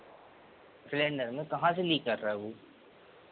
cylinder में कहाँ से लीक कर रहा है वो